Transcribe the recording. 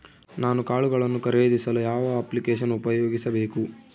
ನಾನು ಕಾಳುಗಳನ್ನು ಖರೇದಿಸಲು ಯಾವ ಅಪ್ಲಿಕೇಶನ್ ಉಪಯೋಗಿಸಬೇಕು?